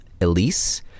Elise